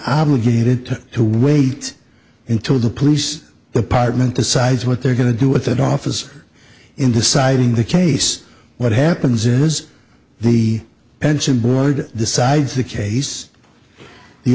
obligated to wait until the police department decides what they're going to do with that office in deciding the case what happens is the pension board decides the case the